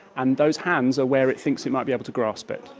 and those hands are where it thinks it might be able to grasp it.